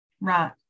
Right